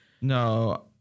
No